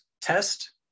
test